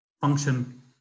function